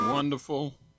wonderful